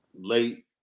late